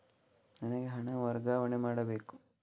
ನನಗೆ ಹಣ ವರ್ಗಾವಣೆ ಮಾಡಬೇಕು